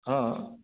ହଁ